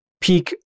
peak